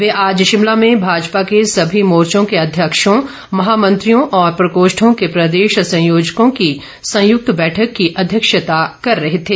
वे आज शिमला में भाजपा के सभी मोर्चों के ॅअध्यक्षों महामंत्रियों और प्रकोष्ठों के प्रदेश संयोजकों की संयुक्त बैठक की अध्यक्षता कर रहे थे